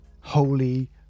Holy